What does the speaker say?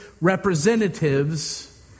representatives